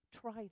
Try